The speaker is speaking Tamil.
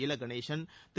இலகணேசன் திரு